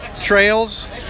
trails